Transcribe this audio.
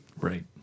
Right